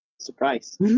Surprise